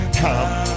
come